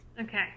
okay